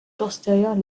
postérieures